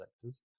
sectors